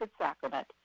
Sacrament